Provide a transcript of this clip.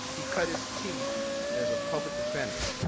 he cut his teeth as a public defender,